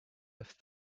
have